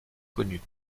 connus